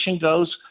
goes